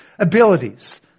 Abilities